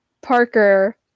Parker